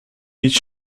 nic